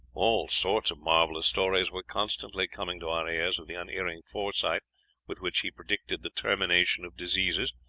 all sorts of marvelous stories were constantly coming to our ears of the unerring foresight with which he predicted the termination of diseases,